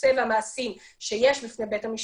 העושה והמעשים שיש בפני בית המשפט.